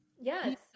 Yes